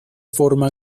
forma